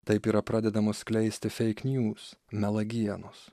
taip yra pradedamos skleistis feik njuz melagienos